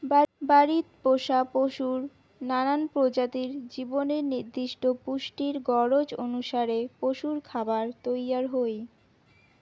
বাড়িত পোষা পশুর নানান প্রজাতির জীবনের নির্দিষ্ট পুষ্টির গরোজ অনুসারে পশুরখাবার তৈয়ার হই